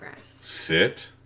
Sit